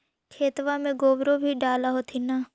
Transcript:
खेतबा मर गोबरो भी डाल होथिन न?